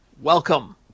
Welcome